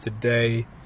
today